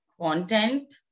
content